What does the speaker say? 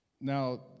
now